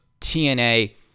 TNA